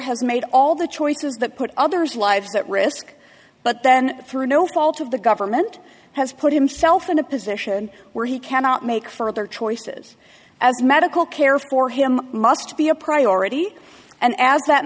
has made all the choices that put others lives at risk but then through no fault of the government has put himself in a position where he cannot make further choices as medical care for him must be a priority and as that